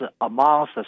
amongst